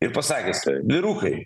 ir pasakęs vyrukai